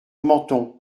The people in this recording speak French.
menthon